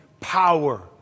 power